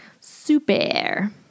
Super